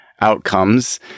outcomes